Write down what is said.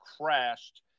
crashed